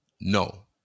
no